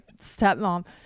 stepmom